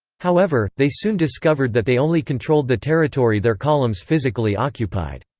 however, they soon discovered that they only controlled the territory their columns physically occupied.